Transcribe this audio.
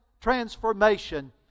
transformation